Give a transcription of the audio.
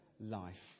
life